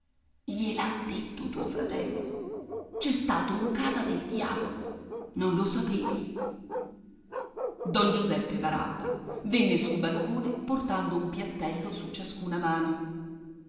gliel'ha detto tuo fratello c'è stato un casa del diavolo non lo sapevi don giuseppe barabba venne sul balcone portando un piattello su ciascuna mano